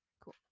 cool